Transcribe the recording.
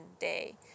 day